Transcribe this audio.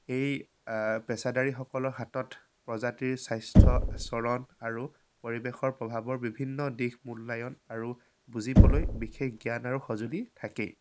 সেই পেছাদাৰীসকলৰ হাতত প্ৰজাতিৰ স্বাস্থ্য চৰণ আৰু পৰিৱেশৰ প্ৰভাৱৰ বিভিন্ন দিশ মূল্যায়ণ আৰু বুজিবলৈ বিশেষ জ্ঞান আৰু সঁজুলি থাকেই